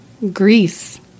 Greece